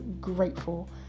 grateful